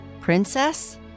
Princess